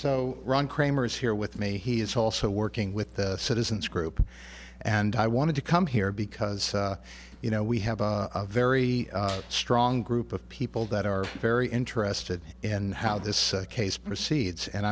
so run kramer's here with me he is also working with the citizens group and i wanted to come here because you know we have a very strong group of people that are very interested in how this case proceeds and